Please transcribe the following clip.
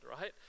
right